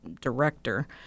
director